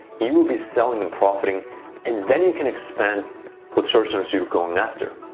you will be selling and profiting and then you can expand what search terms you're going after.